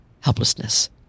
helplessness